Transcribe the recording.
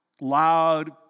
loud